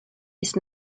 ist